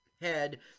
head